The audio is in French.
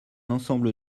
ensemble